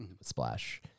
splash